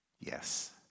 Yes